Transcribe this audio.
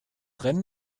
rennen